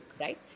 right